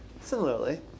similarly